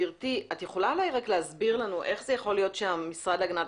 את יכולה להסביר לנו איך זה יכול להיות שהמשרד להגנת